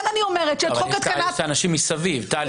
אבל יש האנשים מסביב, טלי.